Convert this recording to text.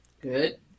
Good